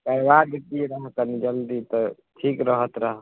करबा देतियै आहाँ कनी जल्दी तऽ ठीक रहत रहऽ